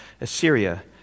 assyria